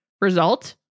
result